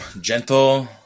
Gentle